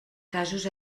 casos